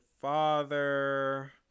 father